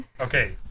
Okay